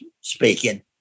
speaking